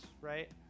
right